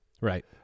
Right